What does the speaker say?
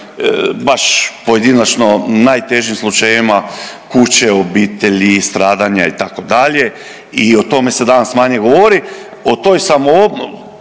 baš pojedinačno najtežim slučajevima kuće, obitelji, stradanja, itd. i o tome se danas manje govori,